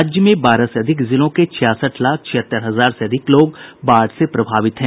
राज्य में बारह से अधिक जिलों के छियासठ लाख छिहत्तर हजार से अधिक लोग बाढ़ से प्रभावित हैं